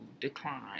decline